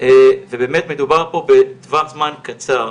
ובאמת מדובר פה בטווח זמן קצר.